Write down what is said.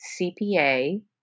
CPA